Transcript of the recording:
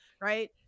right